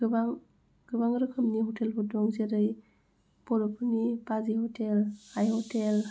गोबां गोबां रोखोमनि हटेलफोर दं जेरै बर'फोरनि बाजै हटेल आइ हटेल